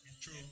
True